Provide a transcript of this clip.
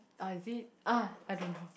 oh is it uh I don't know